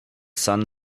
sun